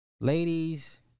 Ladies